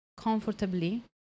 comfortably